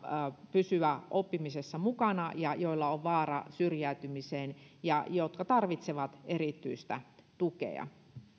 pysyä oppimisessa mukana ja joilla on vaara syrjäytymiseen ja jotka tarvitsevat erityistä tukea